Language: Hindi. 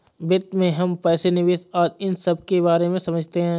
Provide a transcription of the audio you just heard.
वित्त में हम पैसे, निवेश आदि इन सबके बारे में समझते हैं